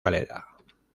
galera